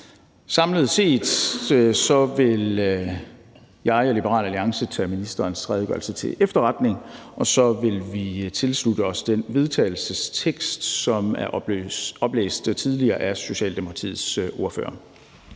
Samlet set vil jeg og Liberal Alliance tage ministerens redegørelse til efterretning, og så vil vi tilslutte os den vedtagelsestekst, som blev oplæst tidligere af Socialdemokratiets ordfører.